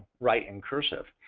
write in cursive.